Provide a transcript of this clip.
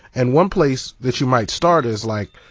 and one place that you might start is, like,